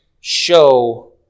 show